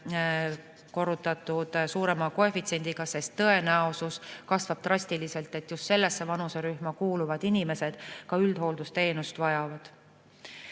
korrutatud suurema koefitsiendiga, sest drastiliselt kasvab tõenäosus, et just sellesse vanuserühma kuuluvad inimesed üldhooldusteenust vajavad.